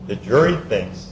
the jury things